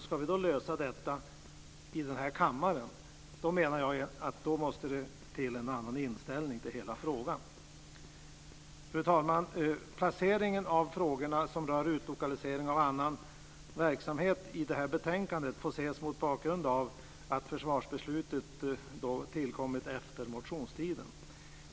Ska vi lösa det här i denna kammare behövs det, menar jag, en annan inställning till hela frågan. Fru talman! Placeringen i betänkandet av de frågor som rör utlokalisering av annan verksamhet får ses mot bakgrund av att försvarsbeslutet tillkommit efter motionstiden.